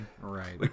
Right